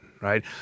right